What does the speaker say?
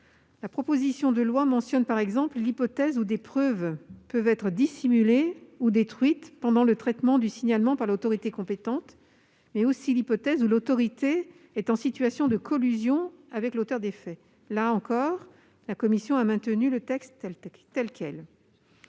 La proposition de loi mentionne par exemple l'hypothèse où des preuves peuvent être dissimulées ou détruites pendant le traitement du signalement par l'autorité compétente, mais aussi l'hypothèse où l'autorité est en situation de collusion avec l'auteur des faits. Là encore, la commission a maintenu le texte tel quel.